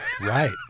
Right